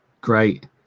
great